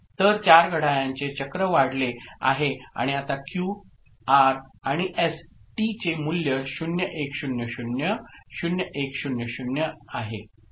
तर चार घड्याळांचे चक्र वाढले आहे आणि आता क्यू आर आणि एस टी चे मूल्य 0 1 0 0 0 1 0 0 आहे बरोबर